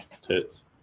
tits